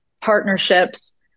partnerships